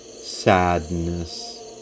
sadness